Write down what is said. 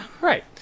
Right